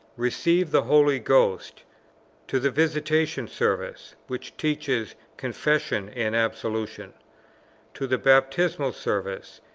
receive the holy ghost to the visitation service, which teaches confession and absolution to the baptismal service,